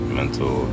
mental